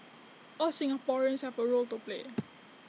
all Singaporeans have A role to play